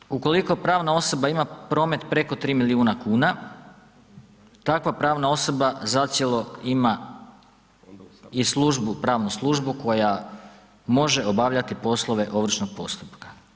Dakle, ukoliko pravna osoba ima promet preko 3 milijuna kuna, takva pravna osoba zacijelo ima i službu, pravnu službu koja može obavljati poslove ovršnog postupka.